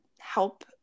help